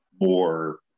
more